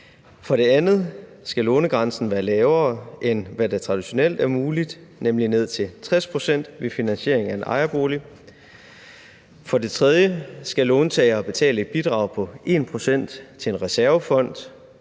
For det andet skal lånegrænsen være lavere, end hvad der traditionelt er muligt, nemlig ned til 60 pct. ved finansieringen af en ejerbolig. For det tredje skal låntager betale et bidrag på 1 pct. til en reservefond;